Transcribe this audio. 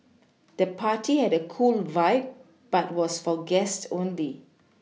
the party had a cool vibe but was for guest only